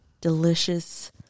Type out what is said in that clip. delicious